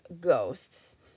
Ghosts